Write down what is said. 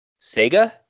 Sega